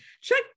check